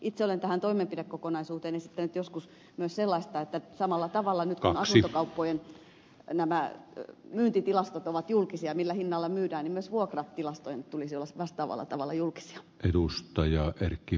itse olen tähän toimenpidekokonaisuuteen esittänyt joskus myös sellaista että samalla tavalla kuin asuntokauppojen myyntitilastot ovat nyt julkisia millä hinnalla myydään myös vuokratilastojen tulisi olla vastaavalla tavalla julkisia